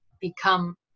become